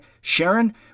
Sharon